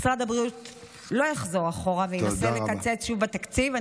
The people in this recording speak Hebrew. משרד הבריאות לא יחזור אחורה וינסה לקצץ שוב בתקציב.